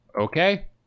Okay